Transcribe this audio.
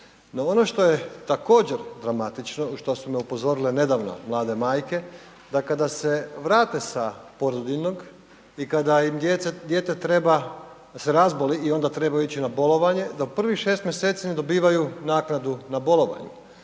ono što je također dramatično, što su me upozorile nedavno mlade majke da kada se vrate sa porodiljnog i kada im dijete treba, se razboli i onda trebaju ići na bolovanje da prvih 6 mjeseci ne dobivaju naknadu na bolovanju